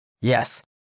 Yes